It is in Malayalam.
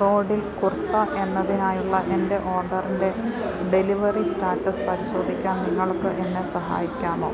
റോഡിൽ കുർത്ത എന്നതിനായുള്ള എൻ്റെ ഓർഡറിൻ്റെ ഡെലിവറി സ്റ്റാറ്റസ് പരിശോധിക്കാൻ നിങ്ങൾക്ക് എന്നെ സഹായിക്കാമോ